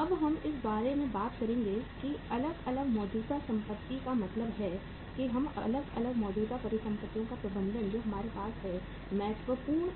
अब हम इस बारे में बात करेंगे कि अलग अलग मौजूदा संपत्ति का मतलब है कि हम अलग अलग मौजूदा परिसंपत्तियों का प्रबंधन जो हमारे पास है महत्वपूर्ण